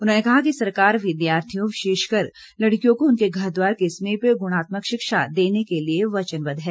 उन्होंने कहा कि सरकार विद्यार्थियों विशेषकर लड़कियों को उनके घर द्वार के समीप गुणात्मक शिक्षा देने के लिए वचनबद्व है